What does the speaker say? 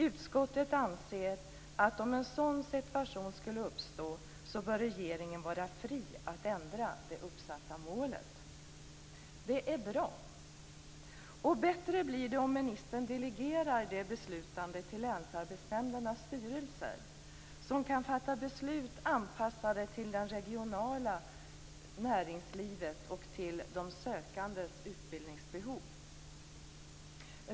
Utskottet anser att om en sådan situation skulle uppstå bör regeringen vara fri att ändra det uppsatta målet. Det är bra, och bättre blir det om ministern delegerar det beslutet till länsarbetsnämndernas styrelser, som kan fatta beslut anpassade till det regionala näringslivet och till de sökandes utbildningsbehov.